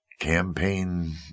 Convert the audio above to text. Campaign